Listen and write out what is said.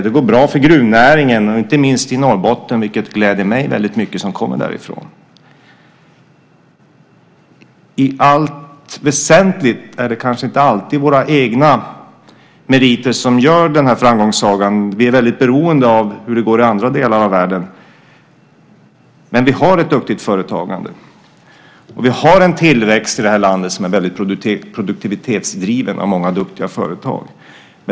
Det går bra för gruvnäringen, inte minst i Norrbotten, vilket gläder mig som kommer därifrån väldigt mycket. I allt väsentligt är det kanske inte alltid våra egna meriter som gör denna framgångssaga. Vi är väldigt beroende av hur det går i andra delar av världen. Men vi har ett duktigt företagande, och vi har en tillväxt i vårt land som är väldigt produktivitetsdriven av många duktiga företag.